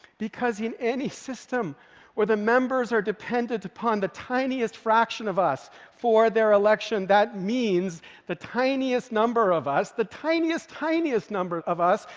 because in any system where the members are dependent upon the tiniest fraction of us for their election, that means the tiniest number of us, the tiniest, tiniest number of us,